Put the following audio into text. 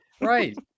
Right